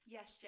Yes